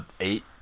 eight